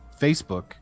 Facebook